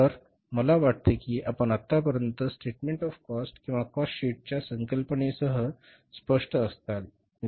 तर मला वाटते की आपण आतापर्यंत स्टेटमेंट ऑफ कॉस्ट किंवा कॉस्ट शीटच्या संकल्पनेसह स्पष्ट असताल